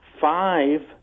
five